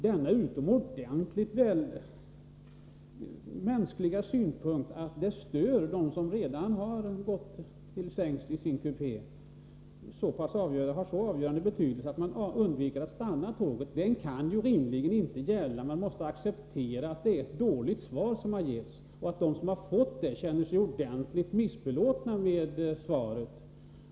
Det är en utomordentligt trivial synpunkt att ett uppehåll stör dem som redan har gått till sängs i sin kupé så pass mycket att man undviker att stanna — den motiveringen kan ju rimligen inte hålla. Man måste acceptera att det är ett dåligt svar som lämnats. De som fått svaret känner sig missbelåtna med det.